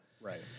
Right